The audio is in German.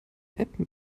app